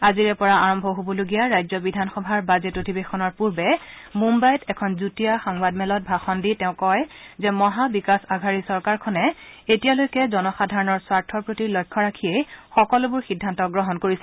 আজিৰ পৰা আৰম্ভ হ'বলগীয়া ৰাজ্য বিধানসভাৰ বাজেট অধিৱেশনৰ পূৰ্বে মুম্বাইত এখন যুটীয়া সংবাদমেলত ভাষণ দি তেওঁ কয় যে মহা বিকাশ আঘাড়ী চৰকাৰখনে এতিয়ালৈকে জনসাধাৰণৰ স্বাৰ্থৰ প্ৰতি লক্ষ্য ৰাখিয়েই সকলোবোৰ সিদ্ধান্ত গ্ৰহণ কৰিছে